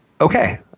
Okay